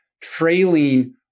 trailing